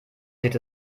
sieht